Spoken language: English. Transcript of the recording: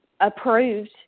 approved